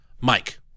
Mike